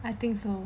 I thinks so